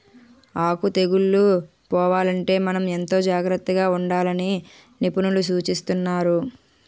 ఆకు తెగుళ్ళు పోవాలంటే మనం ఎంతో జాగ్రత్తగా ఉండాలని నిపుణులు సూచిస్తున్నారు